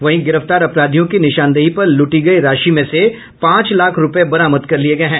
वहीं गिरफ्तार अपराधियों की निशानदेही पर लूटी गयी राशि में से पांच लाख रूपये बरामद कर लिया गया है